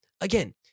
again